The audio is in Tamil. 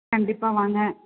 கண்டிப்பாக வாங்க